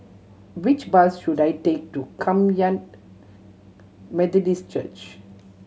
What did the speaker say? which bus should I take to Kum Yan Methodist Church